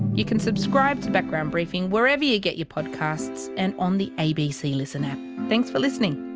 you can subscribe to background briefing wherever you get your podcasts, and on the abc listen app. thanks for listening